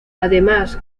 además